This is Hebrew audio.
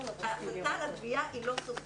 ההחלטה על הגבייה היא לא סופית.